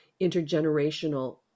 intergenerational